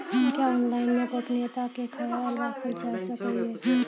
क्या ऑनलाइन मे गोपनियता के खयाल राखल जाय सकै ये?